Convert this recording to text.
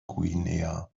guinea